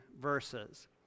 verses